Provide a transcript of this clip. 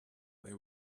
they